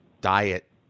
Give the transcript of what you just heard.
diet